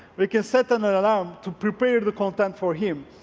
we can set an and alarm to prepare the content for him,